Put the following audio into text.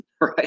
right